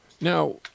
Now